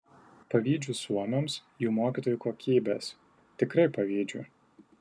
pavydžiu suomiams jų mokytojų kokybės tikrai pavydžiu